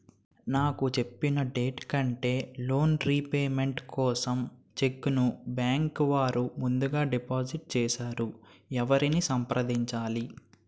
నాకు చెప్పిన డేట్ కంటే లోన్ రీపేమెంట్ కోసం చెక్ ను బ్యాంకు వారు ముందుగా డిపాజిట్ చేసారు ఎవరిని సంప్రదించాలి?